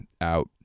out